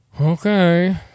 Okay